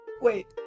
Wait